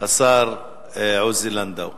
השר עוזי לנדאו.